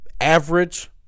average